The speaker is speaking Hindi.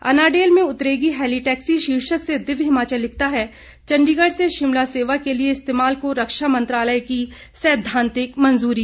अनाडेल में उतरेगी हेलिटैक्सी शीर्षक से दिव्य हिमाचल लिखता है चंडीगढ़ से शिमला सेवा के लिए इस्तेमाल को रक्षा मंत्रालय की सैद्वांतिक मंजूरी